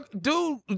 dude